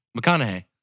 McConaughey